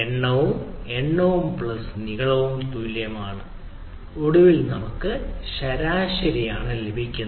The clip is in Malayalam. എണ്ണo എണ്ണവും പ്ലസ് നീളവും തുല്യമാണ് ഒടുവിൽ നമുക്ക് ശരാശരി ആണ് ലഭിക്കുന്നത്